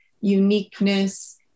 uniqueness